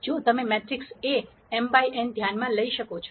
જો તમે matrix A m by n ધ્યાનમાં લઈ શકો છો